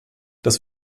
dass